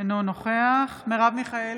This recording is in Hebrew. אינו נוכח מרב מיכאלי,